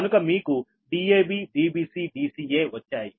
కనుక మీకు DabDbcDca వచ్చాయి